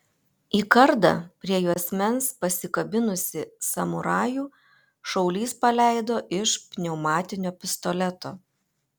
į kardą prie juosmens pasikabinusį samurajų šaulys paleido iš pneumatinio pistoleto